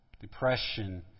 depression